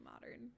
modern